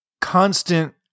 constant